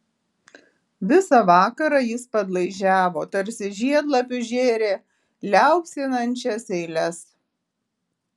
visą vakarą jis padlaižiavo tarsi žiedlapius žėrė liaupsinančias eiles